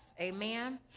Amen